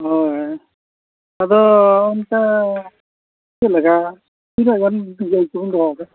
ᱦᱳᱭ ᱟᱫᱚ ᱚᱱᱠᱟ ᱪᱮᱫ ᱞᱮᱠᱟ ᱛᱤᱱᱟᱹᱜ ᱜᱟᱱ ᱜᱟᱹᱭ ᱠᱚᱦᱚᱢ ᱫᱚᱦᱚ ᱠᱟᱫ ᱠᱚᱣᱟ